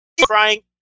crying